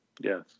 Yes